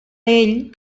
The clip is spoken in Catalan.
ell